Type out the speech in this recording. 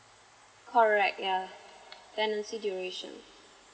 correct yeah tenancy duration